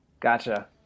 Gotcha